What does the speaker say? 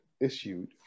issued